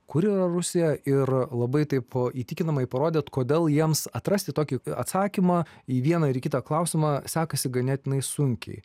kur yra rusija ir labai taip įtikinamai parodyti kodėl jiems atrasti tokį atsakymą į vieną ir kitą klausimą sekasi ganėtinai sunkiai